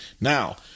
Now